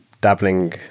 dabbling